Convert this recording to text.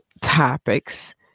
topics